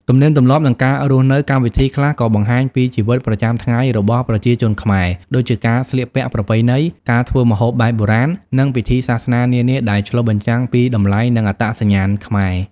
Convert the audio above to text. ទំនៀមទម្លាប់ និងការរស់នៅ កម្មវិធីខ្លះក៏បង្ហាញពីជីវិតប្រចាំថ្ងៃរបស់ប្រជាជនខ្មែរ ដូចជាការស្លៀកពាក់ប្រពៃណី ការធ្វើម្ហូបបែបបុរាណ និងពិធីសាសនានានា ដែលឆ្លុះបញ្ចាំងពីតម្លៃ និងអត្តសញ្ញាណខ្មែរ។